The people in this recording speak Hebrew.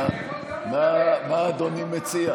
מה אדוני מציע?